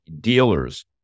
Dealers